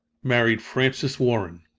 married frances warren.